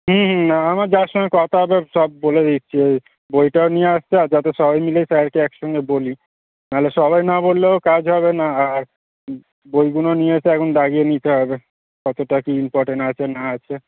হুম হুম আমার যার সঙ্গে কথা হবে সব বলে দিচ্ছি ওই বইটাও নিয়ে আসতে আর যাতে সবাই মিলেই স্যারকে এক সঙ্গে বলি নাহলে সবাই না বললেও কাজ হবে না আর বইগুনো নিয়ে এসে এখন দাগিয়ে নিতে হবে কতটা কী ইম্পটেনট আছে না আছে